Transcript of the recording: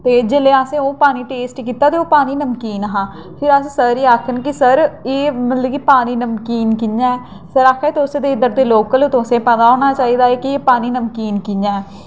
ते जेल्लै असें ओह् पानी टेस्ट कीता निं ते ओह् पानी नमकीन हा ते अस सर गी आखन लगे के सर एह् पानी नमकीन कि'यां ऐ सर आखन लगे के तुस ते इद्धर दे लोकल ओह् तुसें ई ते पता होना चाहिदा की एह् पानी नमकीन कियां ऐ